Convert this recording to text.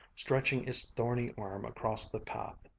stretching its thorny arm across the path.